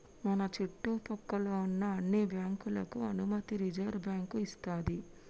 మన చుట్టు పక్కల్లో ఉన్న అన్ని బ్యాంకులకు అనుమతి రిజర్వుబ్యాంకు ఇస్తది